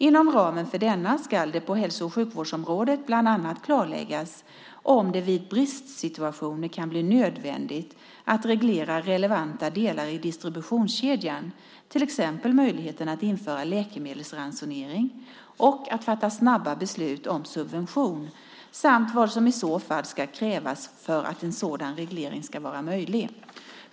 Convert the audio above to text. Inom ramen för denna ska det på hälso och sjukvårdsområdet bland annat klarläggas om det vid bristsituationer kan bli nödvändigt att reglera relevanta delar i distributionskedjan, till exempel möjligheten att införa läkemedelsransonering, och att fatta snabba beslut om subvention samt vad som i så fall krävs för att en sådan reglering ska vara möjlig.